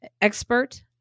expert